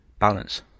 balance